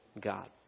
God